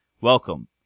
Welcome